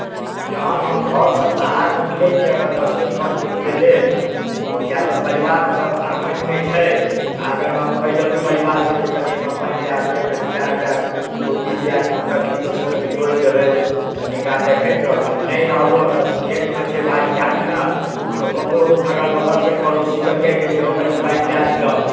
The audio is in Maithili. जहाँ तक हम घरसँ बाहर निकलै छी अगर दस दिन पाँच दिनके लेल किएक तऽ परिवार आँगनमे छै आँगनमे कहि देलहुँ परिवारके जे कनि आब एहिमे पानि दऽ देबै कनिटा एकरा खुरपिओसँ या कटकिओसँ कनि कोड़ि देबै कनि एकरा देखैत रहबै नहि रहलहुँ अगर खेतमे छै बाड़ी झाड़ी अगर ककरो अगल बगलके पड़ोसीके कहि देलिए कि हौ कनि पानि दऽ दिहक